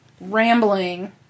rambling